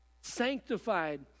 sanctified